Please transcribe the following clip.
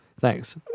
Thanks